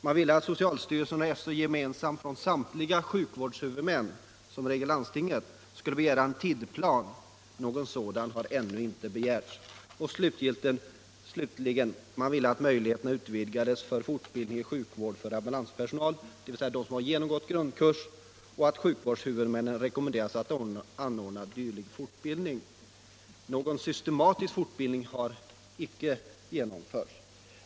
Man ville vidare att SÖ och socialstyrelsen tillsammans med samtliga sjukvårdshuvudmän -— i regel landstingen — skulle begära en tidsplan. Någon sådan har ännu inte begärts. Slutligen föreslogs att sjukvårdshuvudmännen skulle rekommenderas att ordna fortbildning i sjukvård för ambulansförare, dvs. för dem som genomgått grundkurs. Någon systematisk fortbildning har icke genomförts.